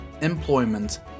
employment